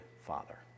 father